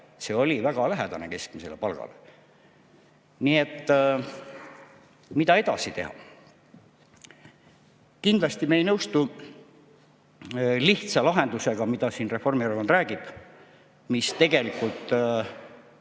see oli väga lähedane keskmisele palgale. Nii et mida edasi teha? Kindlasti me ei nõustu lihtsa lahendusega, mida Reformierakond räägib, mis tegelikult